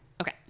Okay